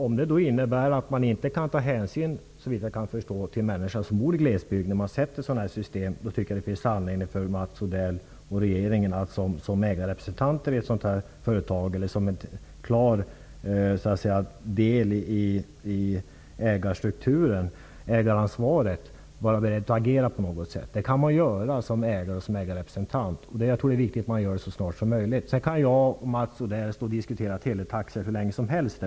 Om det innebär att man inte kan ta hänsyn till människor som bor i glesbygd när man skapar sådana här system, tycker jag att det finns anledning för Mats Odell och regeringen, som har en klar del i ägaransvaret, att vara beredda att agera på något sätt. Det kan man göra som ägare och som ägarrepresentant. Jag tror att det är viktigt att man gör det så snart som möjligt. Mats Odell och jag kan diskutera teletaxor hur länge som helst.